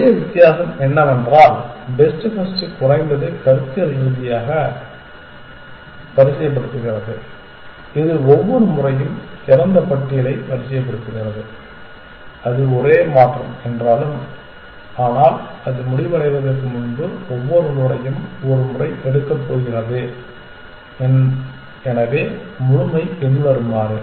ஒரே வித்தியாசம் என்னவென்றால் பெஸ்ட் ஃபர்ஸ்ட் குறைந்தது கருத்தியல் ரீதியாக வரிசைப்படுத்துகிறது இது ஒவ்வொரு முறையும் திறந்த பட்டியலை வரிசைப்படுத்துகிறது அது ஒரே மாற்றம் என்றாலும் ஆனால் அது முடிவடைவதற்கு முன்பு ஒவ்வொரு நோடையும் ஒரு முறை எடுக்கப் போகிறது எனவே முழுமை பின்வருமாறு